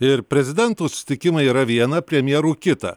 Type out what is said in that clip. ir prezidentų susitikimai yra viena premjerų kita